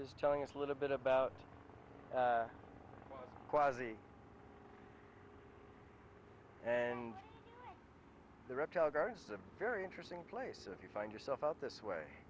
is telling us a little bit about kweisi and the reptile guards a very interesting place if you find yourself out this way